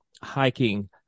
hiking